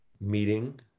meeting